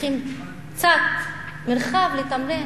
צריכים קצת מרחב לתמרן.